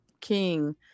king